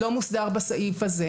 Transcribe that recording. לא מוסדר בסעיף הזה.